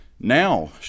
Now